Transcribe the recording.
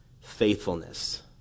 faithfulness